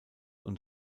und